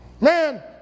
man